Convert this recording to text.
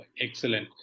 Excellent